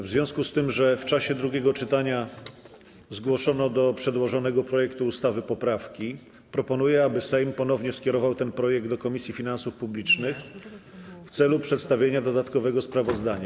W związku z tym, że w czasie drugiego czytania zgłoszono do przedłożonego projektu ustawy poprawki, proponuję, aby Sejm ponownie skierował ten projekt do Komisji Finansów Publicznych w celu przedstawienia dodatkowego sprawozdania.